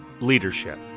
leadership